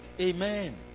Amen